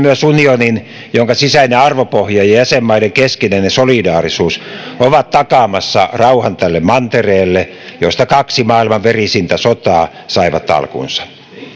myös unionin jonka sisäinen arvopohja ja jäsenmaiden keskinäinen solidaarisuus ovat takaamassa rauhan tälle mantereelle josta kaksi maailman verisintä sotaa saivat alkunsa